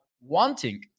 wanting